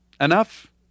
enough